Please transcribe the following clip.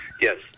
Yes